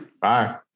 Bye